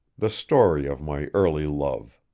the story of my early love.